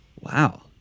wow